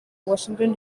washington